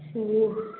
جی